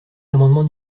l’amendement